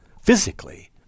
physically